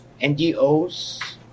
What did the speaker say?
NGOs